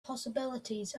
possibilities